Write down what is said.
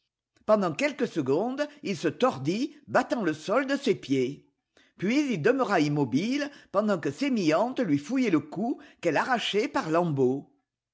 pendant quelques secondes il se tordit battant le sol de ses pieds puis il demeura immobile pendant que sémillante ij lui fouillait le cou qu'elle arrachait par